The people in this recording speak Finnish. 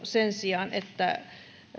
sen sijaan että